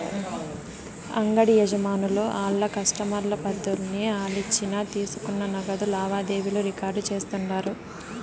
అంగిడి యజమానులు ఆళ్ల కస్టమర్ల పద్దుల్ని ఆలిచ్చిన తీసుకున్న నగదు లావాదేవీలు రికార్డు చేస్తుండారు